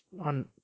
on